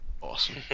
Awesome